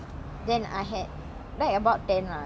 பத்தா:pattha